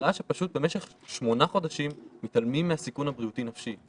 נראה שפשוט במשך שמונה חודשים מתעלמים מהסיכון הבריאותי נפשי.